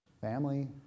Family